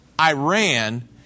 Iran